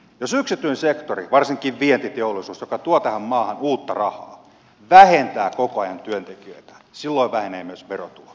jos yksityinen sektori varsinkin vientiteollisuus joka tuo tähän maahan uutta rahaa vähentää koko ajan työntekijöitään silloin vähenevät myös verotulot